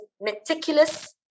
meticulous